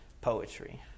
poetry